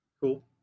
Cool